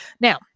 Now